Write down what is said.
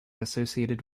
associated